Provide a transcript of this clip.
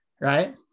Right